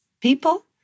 people